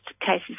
cases